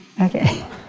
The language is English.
Okay